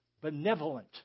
benevolent